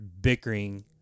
bickering